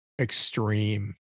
extreme